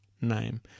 name